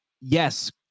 yes